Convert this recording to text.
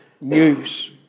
news